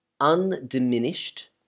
undiminished